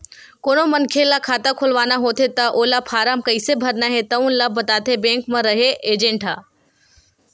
कोनो मनखे ल खाता खोलवाना होथे त ओला फारम कइसे भरना हे तउन ल बताथे बेंक म रेहे एजेंट ह